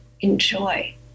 enjoy